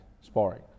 sparring